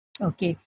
Okay